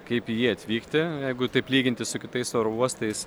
kaip į jį atvykti jeigu taip lyginti su kitais oro uostais